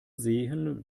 sehen